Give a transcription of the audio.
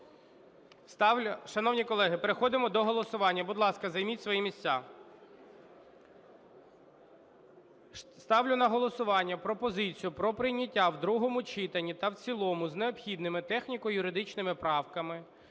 Шановні колеги, переходимо до голосування. Будь ласка, займіть свої місця. Ставлю на голосування пропозицію про прийняття в другому читані та в цілому з необхідними техніко-юридичними правками